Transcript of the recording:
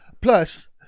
Plus